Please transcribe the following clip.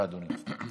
בבקשה, אדוני.